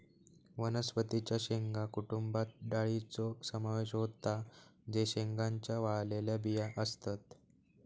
वनस्पतीं च्या शेंगा कुटुंबात डाळींचो समावेश होता जे शेंगांच्या वाळलेल्या बिया असतत